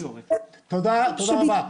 תודה רבה.